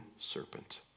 serpent